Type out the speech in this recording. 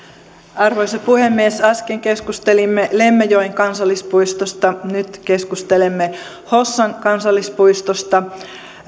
arvoisa puhemies äsken keskustelimme lemmenjoen kansallispuistosta nyt keskustelemme hossan kansallispuistosta